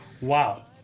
Wow